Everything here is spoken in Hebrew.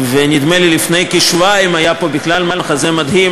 ונדמה לי שלפני כשבועיים היה פה בכלל מחזה מדהים,